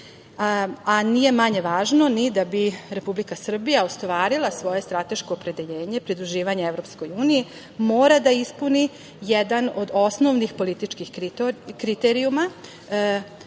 a nije manje važno ni da bi Republika Srbija ostvarila svoje strateško opredeljenje, pridruživanje EU, mora da ispuni jedan od osnovnih političkih kriterijuma,